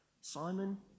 Simon